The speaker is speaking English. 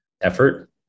effort